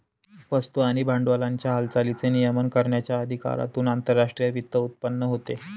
वस्तू आणि भांडवलाच्या हालचालींचे नियमन करण्याच्या अधिकारातून आंतरराष्ट्रीय वित्त उत्पन्न होते